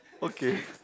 okay